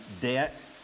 debt